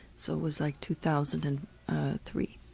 so it was like two thousand and three.